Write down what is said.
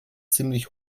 ziemlich